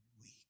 weak